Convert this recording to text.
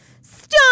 stop